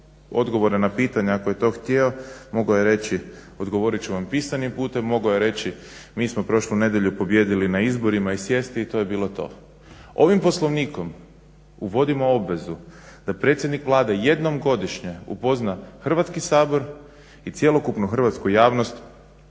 odgovore na pitanja ako je to htio mogao je reći odgovorit ću vam pisanim putem, mogao je reći mi smo prošlu nedjelju pobijedili na izborima i sjesti i to je bilo to. Ovim poslovnikom uvodimo obvezu da predsjednik Vlade jednom godišnje upozna Hrvatski sabor i cjelokupnu hrvatsku javnost